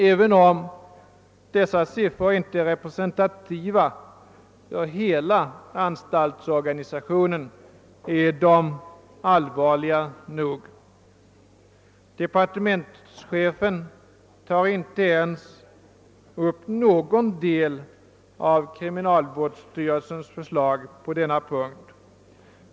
även om dessa siffror inte är representativa för hela anstaltsorganisationen är de allvarliga nog. Departementschefen tar inte ens upp någon del av kriminalvårdsstyrelsens förslag på denna punkt.